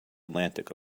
atlantic